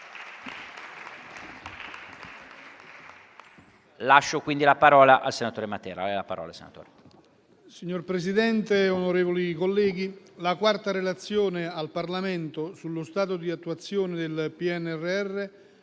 la quarta relazione al Parlamento sullo stato di attuazione del PNRR,